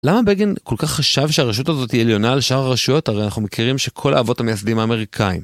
למה בגין כל כך חשב שהרשות הזאת היא עליונה על שאר הרשות, הרי אנחנו מכירים שכל אבות המייסדים האמריקאים.